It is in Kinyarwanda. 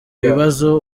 bibabaza